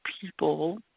people